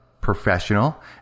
professional